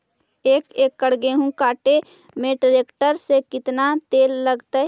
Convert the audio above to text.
एक एकड़ गेहूं काटे में टरेकटर से केतना तेल लगतइ?